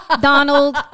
Donald